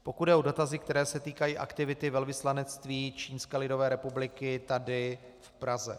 Pokud jde o dotazy, které se týkají aktivity velvyslanectví Čínské lidové republiky tady v Praze.